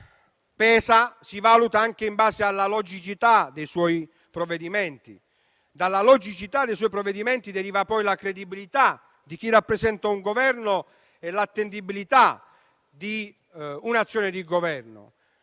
pesa, si valuta anche in base alla logicità dei suoi provvedimenti; dalla logicità dei suoi provvedimenti deriva, poi, la credibilità di chi rappresenta il Governo e l'attendibilità di un'azione di governo.